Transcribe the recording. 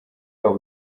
wabo